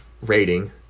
rating